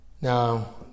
Now